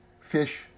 fish